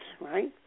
right